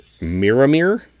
Miramir